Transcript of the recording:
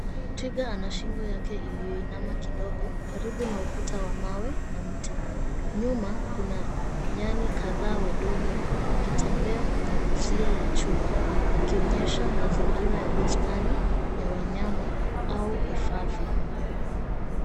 Twiga ana shingo yake iliyoinama kidogo karibu na ukuta wa mawe na mti nyuma kuna nyani kadhaa wadogo wakitembea kwenye uzio wa chuma wakionyesha mazingira ya bustani ya wanyama au hifadhi.